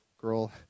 girl